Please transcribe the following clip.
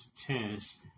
test